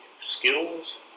skills